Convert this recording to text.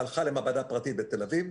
הלכה למעבדה פרטית בתל-אביב,